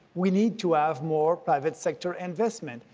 we need to have more private sector investment.